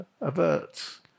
averts